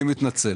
אני מתנצל.